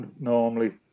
normally